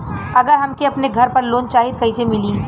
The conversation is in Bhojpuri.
अगर हमके अपने घर पर लोंन चाहीत कईसे मिली?